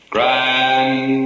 Grand